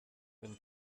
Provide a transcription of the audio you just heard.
wenn